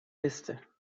liste